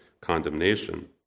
condemnation